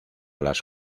las